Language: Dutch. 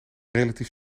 relatief